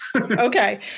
Okay